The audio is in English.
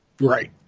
Right